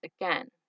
again